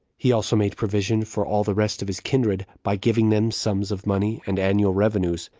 he also made provision for all the rest of his kindred, by giving them sums of money and annual revenues,